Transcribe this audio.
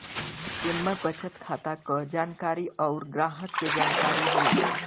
इम्मे बचत खाता क जानकारी अउर ग्राहक के जानकारी होला